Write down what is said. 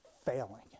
failing